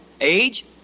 age